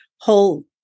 whole